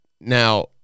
Now